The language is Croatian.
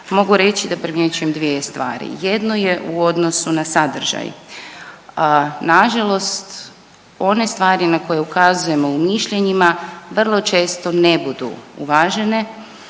mogu reći da primjećujem dvije stvari: jedno je u odnosu na sadržaj. Na žalost one stvari na koje ukazujemo i mišljenjima vrlo često ne budu uvažene